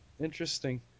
interesting